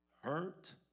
hurt